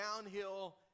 downhill